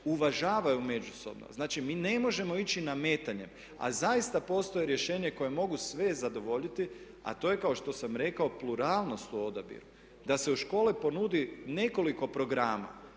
uvažavaju međusobno. Znači, mi ne možemo ići nametanjem. A zaista postoje rješenja koja mogu sve zadovoljiti, a to je kao što sam rekao pluralnost u odabiru. Da se u škole ponudi nekoliko programa